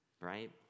Right